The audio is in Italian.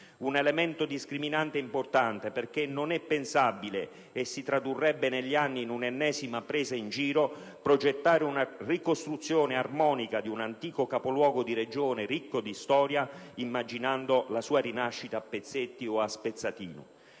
Un elemento discriminante importante, perché non è pensabile (e si tradurrebbe negli anni in una ennesima presa in giro) progettare una ricostruzione armonica di un antico capoluogo di Regione ricco di storia immaginando la sua rinascita a pezzetti o a spezzatino.